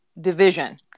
division